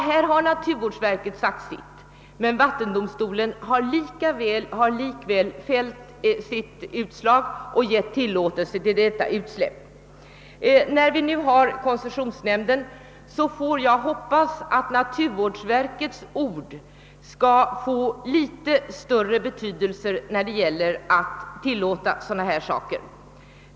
Här har naturvårdsverket sagt sitt, men vattendomstolen har likväl i sitt utslag gett tillåtelse till detta utsläpp. När vi nu har koncessionsnämnden, hoppas jag, att naturvårdsverkets ord skall få litet större betydelse då det gäller att tillåta sådana här saker.